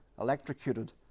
electrocuted